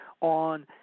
on